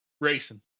Racing